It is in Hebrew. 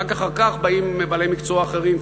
ורק אחר כך באים בעלי מקצוע אחרים,